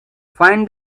find